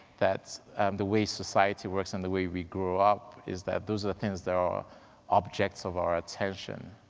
that's the way society works and the way we grew up is that those are the things that are objects of our attention.